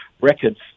records